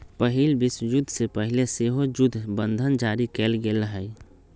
पहिल विश्वयुद्ध से पहिले सेहो जुद्ध बंधन जारी कयल गेल हइ